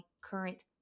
current